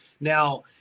Now